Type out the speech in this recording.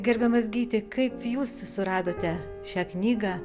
gerbiamas gyti kaip jūs suradote šią knygą